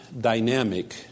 dynamic